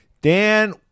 Dan